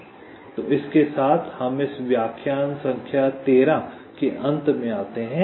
तो इसके साथ हम इस व्याख्यान संख्या 13 के अंत में आते हैं